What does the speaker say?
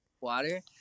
water